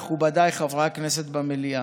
מכובדיי חברי הכנסת במליאה,